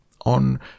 On